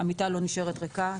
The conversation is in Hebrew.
המיטה לא נשאר ריקה,